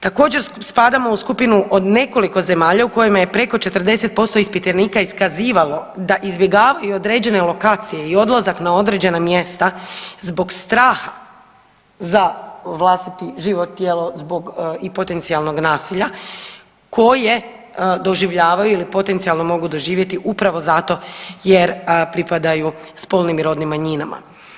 Također spadamo u skupinu od nekoliko zemalja u kojima je preko 40% ispitanika iskazivalo da izbjegavaju određene lokacije i odlazak na određena mjesta zbog straha za vlastiti život, djelo i potencijalnog nasilja koje doživljavaju ili potencijalno mogu doživjeti upravo zato jer pripadaju spolnim i rodnim manjinama.